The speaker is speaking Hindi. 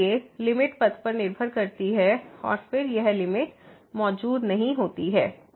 इसलिए लिमिट पथ पर निर्भर करती है और फिर यह लिमिट मौजूद नहीं होती है